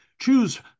Choose